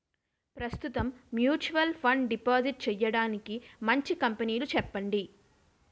ప్రస్తుతం mutual fund deposit చేయడానికి మంచి కంపెనీలు చెప్పండి